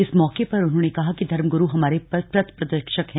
इस मौके पर उन्होंने कहा कि धर्मगुरू हमारे पथ प्रदर्शक है